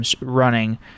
running